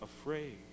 afraid